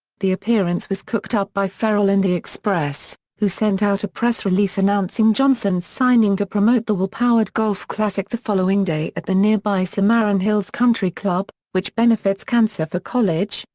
the appearance was cooked up by ferrell and the express, who sent out a press release announcing johnson's signing to promote the will powered golf classic the following day at the nearby cimarron hills country club, which benefits cancer for college,